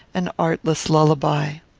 an artless lullaby.